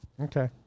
okay